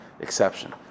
exception